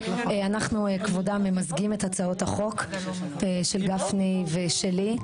אנחנו כבודם ממזגים את הצעות החוק של גפני ושלי,